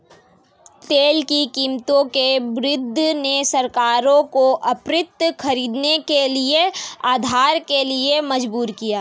तेल की कीमतों में वृद्धि ने सरकारों को आपूर्ति खरीदने के लिए उधार के लिए मजबूर किया